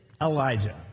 Elijah